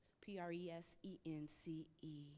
p-r-e-s-e-n-c-e